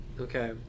Okay